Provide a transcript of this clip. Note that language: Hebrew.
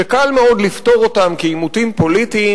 שקל מאוד לפתור אותם כעימותים פוליטיים,